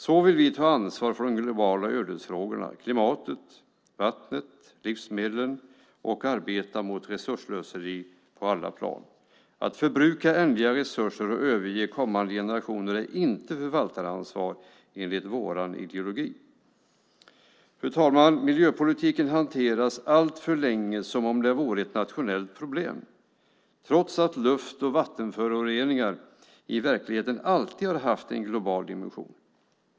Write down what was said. Så vill vi ta ansvar för de globala ödesfrågorna - klimatet, vattnet och livsmedlen - och arbeta mot resursslöseri på alla plan. Att förbruka ändliga resurser och överge kommande generationer är inte att ta förvaltaransvar enligt vår ideologi. Fru talman! Miljöpolitiken hanterades alltför länge som om det var ett nationellt problem, trots att luft och vattenföroreningar i verkligheten alltid har haft en global dimension.